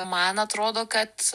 man atrodo kad